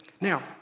Now